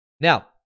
Now